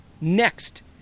Next